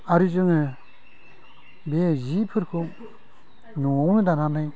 आरो जोङो बे जिफोरखौ न'आवनो दानानै